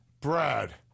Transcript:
Brad